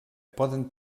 poden